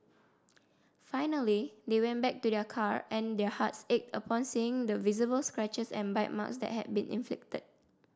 finally they went back to their car and their hearts ached upon seeing the visible scratches and bite marks that had been inflicted